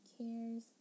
cares